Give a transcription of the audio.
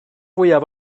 fwyaf